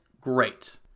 great